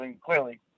clearly